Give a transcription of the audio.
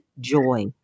joy